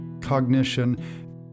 cognition